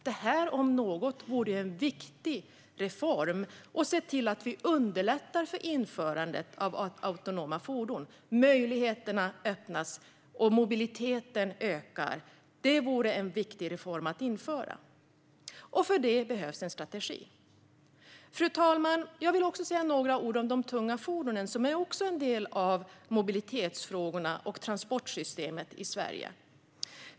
Det här om något vore en viktig reform. Man borde se till att underlätta för införandet av autonoma fordon. Möjligheter öppnas och mobiliteten ökar. Det vore en viktig reform att införa. För detta behövs en strategi. Fru talman! Jag vill också säga några ord om de tunga fordonen, som också är en del av mobilitetsfrågorna och transportsystemet i Sverige.